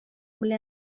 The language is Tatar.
белән